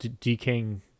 decaying